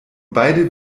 beide